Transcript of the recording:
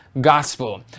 gospel